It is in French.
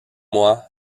mois